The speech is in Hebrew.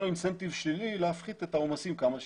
לו אינסנטיב שלילי להפחית את העומסים כמה שיותר.